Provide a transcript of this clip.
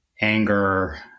anger